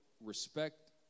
respect